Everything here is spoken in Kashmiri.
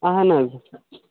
اَہن حظ